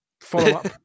follow-up